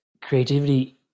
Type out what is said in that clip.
creativity